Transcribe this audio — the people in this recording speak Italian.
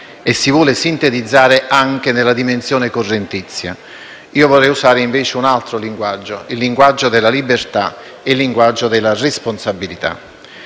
e si vuole sintetizzare anche nella dimensione correntizia. Io vorrei usare, invece, un altro linguaggio: il linguaggio della libertà, il linguaggio della responsabilità.